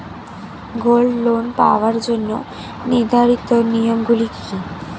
Gold loan পাওয়ার জন্য নির্ধারিত নিয়ম গুলি কি?